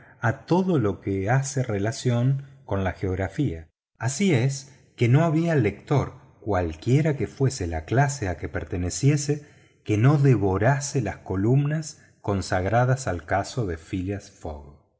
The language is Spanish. a todo lo que hace relación con la geografía así es que no había lector cualquiera que fuese la clase a que perteneciese que no devorase las columnas consagradas al caso de phileas